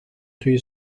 توی